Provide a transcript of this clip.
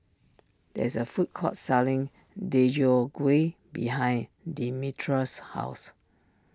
there is a food court selling Deodeok Gui behind Demetra's house